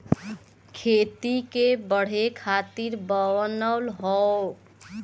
खेती के बढ़े खातिर बनल हौ